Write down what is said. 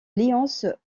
licence